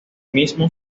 mismo